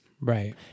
Right